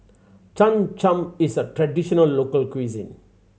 Cham Cham is a traditional local cuisine